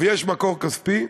ויש מקור כספי.